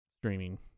streaming